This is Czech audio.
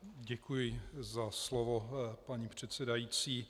Děkuji za slovo, paní předsedající.